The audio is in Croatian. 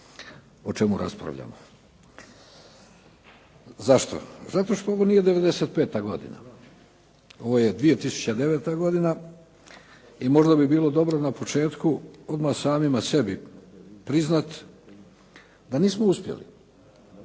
o čemu raspravljamo. Zašto? Zato što ovo nije '95. godina. Ovo je 2009. godina i možda bi bilo dobro na početku odmah samima sebi priznati da nismo uspjeli.